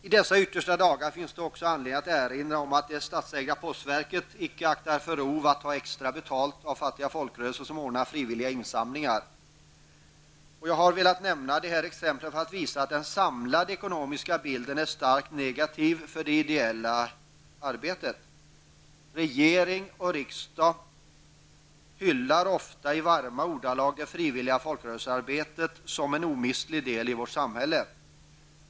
I dessa yttersta dagar finns också anledning att erinra om att det statsägda postverket inte aktar för rov att ta extra betalt av fattiga folkrörelser som ordnar frivilliga insamlingar. Jag har velat nämna dessa exempel för att visa att den samlade ekonomiska bilden är starkt negativ för det ideella arbetet. Regering och riksdag hyllar ofta i varma ordalag det frivilliga folkrörelsearbetet som en omistlig del i vårt samhälle.